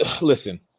listen